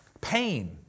pain